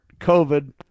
COVID